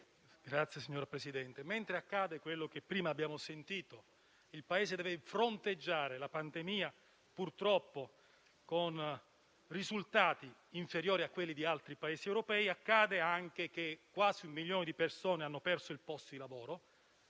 Signora Presidente, mentre accade quello che prima abbiamo sentito e il Paese deve fronteggiare la pandemia, purtroppo con risultati inferiori a quelli di altri Paesi europei, accade anche che quasi un milione di persone ha perso il posto di lavoro,